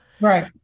right